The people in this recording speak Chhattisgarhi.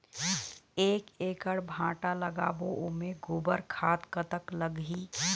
एक एकड़ भांटा लगाबो ओमे गोबर खाद कतक लगही?